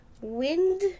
wind